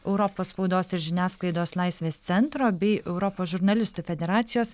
europos spaudos ir žiniasklaidos laisvės centro bei europos žurnalistų federacijos